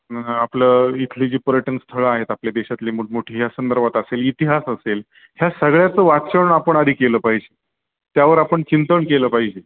आपलं इथली जी पर्यटन स्थळं आहेत आपल्या देशातली मोठमोठी ह्या संदर्भात असेल इतिहास असेल ह्या सगळ्याचं वाचन आपण आधी केलं पाहिजे त्यावर आपण चिंतन केलं पाहिजे